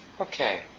Okay